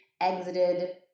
exited